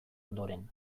ondoren